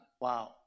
Wow